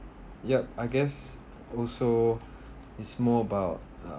yup I guess also is more about uh